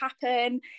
happen